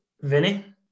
Vinny